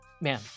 man